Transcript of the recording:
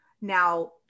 Now